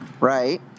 right